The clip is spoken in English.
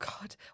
God